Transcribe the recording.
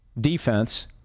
defense